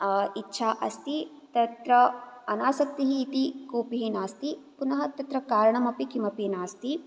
इच्छा अस्ति तत्र अनासक्तिः इति कोपि नास्ति पुनः तत्र कारणमपि किमपि नास्ति